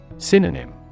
Synonym